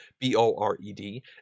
B-O-R-E-D